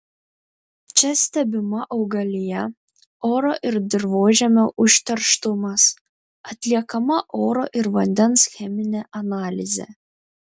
čia stebima augalija oro ir dirvožemio užterštumas atliekama oro ir vandens cheminė analizė